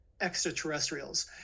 extraterrestrials